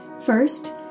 First